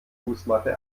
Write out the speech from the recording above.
fußmatte